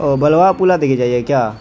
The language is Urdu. او بلوا پلا دے کے جائیے گا کیا